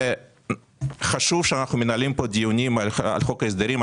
זה חשוב שאנחנו מנהלים פה דיונים על חוק ההסדרים.